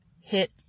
hit